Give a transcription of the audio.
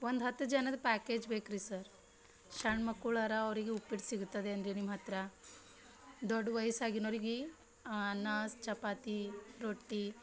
ಒಂದು ಹತ್ತು ಜನದ ಪ್ಯಾಕೇಜ್ ಬೇಕು ರೀ ಸರ್ ಸಣ್ ಮಕ್ಕಳು ಅರ ಅವ್ರಿಗೆ ಉಪ್ಪಿಟ್ಟು ಸಿಗ್ತದೇನ್ರಿ ನಿಮ್ಮ ಹತ್ರ ದೊಡ್ಡ ವಯಸ್ಸಾಗಿನವ್ರಿಗೆ ಅನ್ನ ಚಪಾತಿ ರೊಟ್ಟಿ